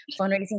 fundraising